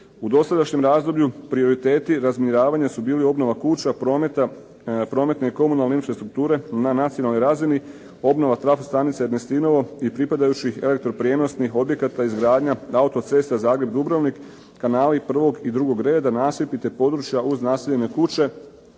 U dosadašnjem razdoblju prioriteti razminiravanja su bili obnova kuća, prometa, prometne i komunalne infrastrukture na nacionalnoj razini, obnova trafostanice "Ernestinovo" i pripadajućih elektroprijenosnih objekata izgradnja autocesta Zagreb-Dubrovnik, kanali prvog i drugog reda, nasipi te područja uz naseljene kuće